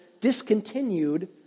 discontinued